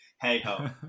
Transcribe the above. hey-ho